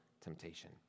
temptation